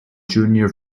junior